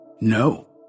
No